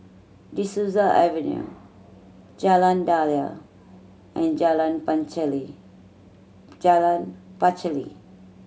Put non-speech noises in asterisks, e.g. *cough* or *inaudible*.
De Souza Avenue Jalan Daliah and Jalan *unintelligible* Jalan Pacheli